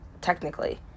technically